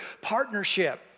partnership